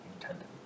intended